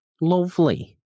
lovely